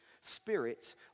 spirit